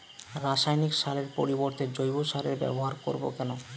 রাসায়নিক সারের পরিবর্তে জৈব সারের ব্যবহার করব কেন?